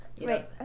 Wait